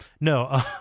no